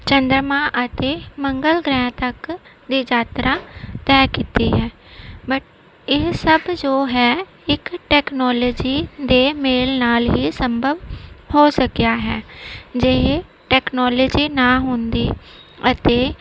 ਚੰਦਰਮਾ ਅਤੇ ਮੰਗਲ ਗ੍ਰਹਿ ਤੱਕ ਦੀ ਯਾਤਰਾ ਤੈਅ ਕੀਤੀ ਹੈ ਬਟ ਇਹ ਸਭ ਜੋ ਹੈ ਇੱਕ ਟੈਕਨੋਲੋਜੀ ਦੇ ਮੇਲ ਨਾਲ ਹੀ ਸੰਭਵ ਹੋ ਸਕਿਆ ਹੈ ਜੇ ਇਹ ਟੈਕਨੋਲੋਜੀ ਨਾ ਹੁੰਦੀ ਅਤੇ